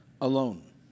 alone